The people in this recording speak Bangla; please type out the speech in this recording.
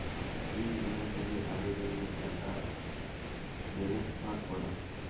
ইক ব্যাংক থ্যাকে আরেক ব্যাংকে টাকা টেলেসফার ক্যরা